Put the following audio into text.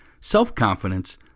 self-confidence